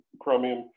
chromium